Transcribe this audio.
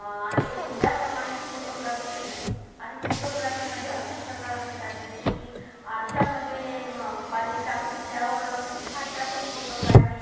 आणि त्याप्रमाणे मी फोटोग्राफी शिकली आणि फोटोग्राफीमधे अनेक प्रकार असतात जसे की आरशामध्ये पाणी टाकून त्यावर हात टाकून फोटो काढणे